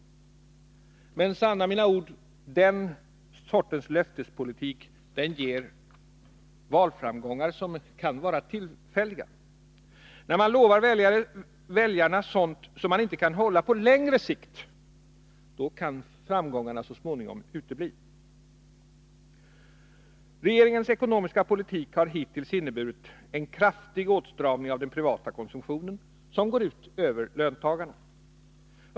Men, sanna mina ord, den sortens löftespolitik ger tillfälliga valframgångar. När man lovar väljarna sådant som man inte kan hålla på längre sikt, kan framgångarna så småningom utebli. Regeringens ekonomiska politik har hittills inneburit en kraftig åtstramning av den privata konsumtionen, som går ut över löntagarna.